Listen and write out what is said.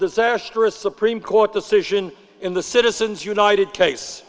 disastrous supreme court decision in the citizens united case